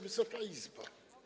Wysoka Izbo!